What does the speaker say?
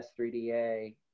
S3DA